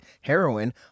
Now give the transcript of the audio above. heroin